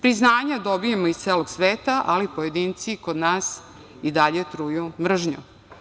Priznanja dobijamo iz celog sveta, ali pojedinci kod nas i dalje truju mržnjom.